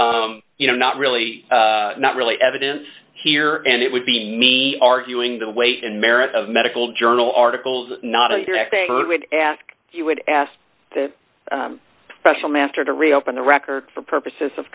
you know not really not really evidence here and it would be me arguing the weight and merits of medical journal articles not i would ask you would ask that special master to reopen the record for purposes of